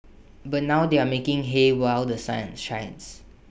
but now they are making hay while The Sun shines